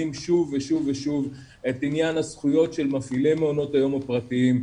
שוב ושוב ושוב את עניין הזכויות של מפעילי מעונות היום הפרטיים,